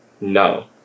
no